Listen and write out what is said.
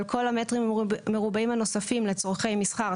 אבל כל המטרים המרובעים הנוספים לצורכי מסחר,